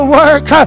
work